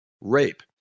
rape